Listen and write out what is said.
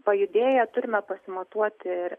pajudėję turime pasimatuoti ir